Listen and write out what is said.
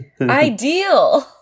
Ideal